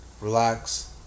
relax